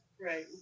Right